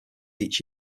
each